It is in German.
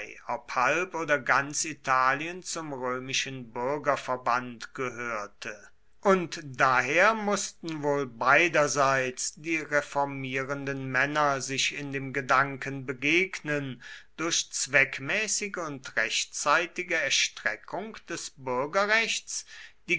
ob halb oder ganz italien zum römischen bürgerverband gehörte und daher mußten wohl beiderseits die reformierenden männer sich in dem gedanken begegnen durch zweckmäßige und rechtzeitige erstreckung des